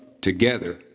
together